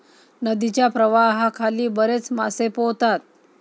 नदीच्या प्रवाहाखाली बरेच मासे पोहतात